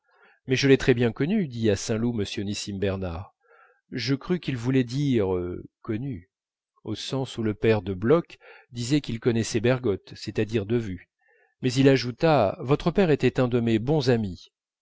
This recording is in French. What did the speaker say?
mais je l'ai très bien connu dit à saint loup m nissim bernard je crus qu'il voulait dire connu au sens où le père de bloch disait qu'il connaissait bergotte c'est-à-dire de vue mais il ajouta votre père était un de mes bons amis